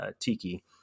Tiki